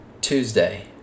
Tuesday